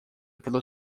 pelo